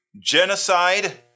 genocide